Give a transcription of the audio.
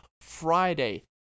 Friday